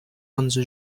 onze